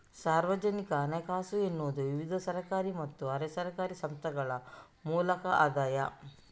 ಸಾರ್ವಜನಿಕ ಹಣಕಾಸು ಎನ್ನುವುದು ವಿವಿಧ ಸರ್ಕಾರಿ ಮತ್ತೆ ಅರೆ ಸರ್ಕಾರಿ ಸಂಸ್ಥೆಗಳ ಮೂಲದ ಆದಾಯ